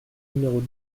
numéro